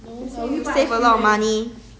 but you say you